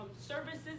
services